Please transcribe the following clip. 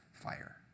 fire